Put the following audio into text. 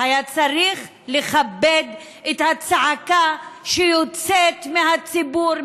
היה צריך לכבד את הצעקה שיוצאת מהציבור,